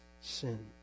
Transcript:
sin